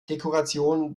dekoration